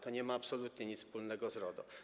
To nie ma absolutnie nic wspólnego z RODO.